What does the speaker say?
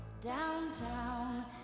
downtown